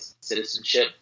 citizenship